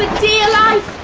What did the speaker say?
dear life.